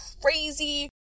crazy